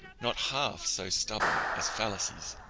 not half so stubborn as fallacies.